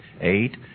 eight